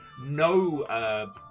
no